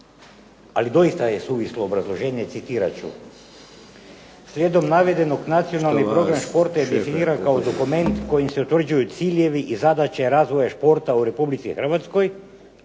ali doista je suvislo obrazloženje, citirat ću: "Slijedom navedenog nacionalni program športa je definiran kao dokument kojim se utvrđuju ciljevi i zadaće razvoja športa u Republici Hrvatskoj,